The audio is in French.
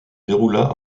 déroula